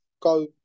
go